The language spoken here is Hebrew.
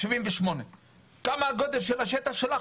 1978. כמה הגודל של השטח שלה?